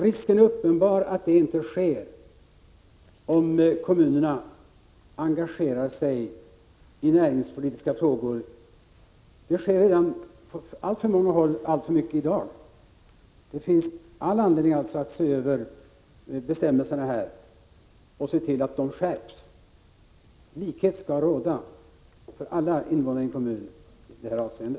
Risken är uppenbar att det inte sker om kommunerna engagerar sig i näringspolitiska frågor — det sker redan på alltför många håll i dag. Det finns alltså all anledning att se över bestämmelserna och se till att de skärps. Likhet skall råda mellan alla invånare i en kommun i detta avseende.